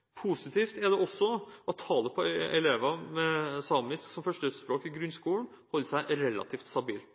positivt for framtiden for samiske språk. Positivt er det også at tallet på elever med samisk som førstespråk i grunnskolen holder seg relativt stabilt.